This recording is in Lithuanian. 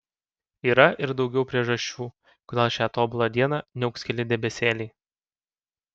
yra ir daugiau priežasčių kodėl šią tobulą dieną niauks keli debesėliai